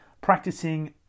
practicing